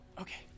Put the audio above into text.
Okay